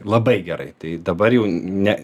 labai gerai tai dabar jau ne